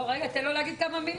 לא, רגע תן לו להגיד כמה מילים.